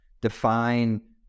define